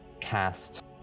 cast